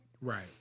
Right